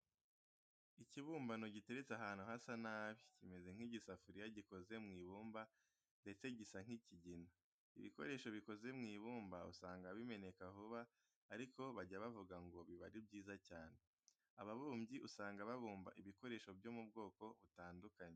Ikibumbano giteretse ahantu hasa nabi, kimeze nk'agasafuriya gikoze mu ibumba ndetse gisa nk'ikigina. Ibikoresho bikoze mu ibumba usanga bimeneka vuba ariko bajya bavuga ngo biba ari byiza cyane. Ababumbyi usanga babumba ibikoresho byo mu bwoko butandukanye.